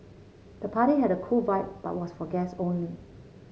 the party had a cool vibe but was for guest only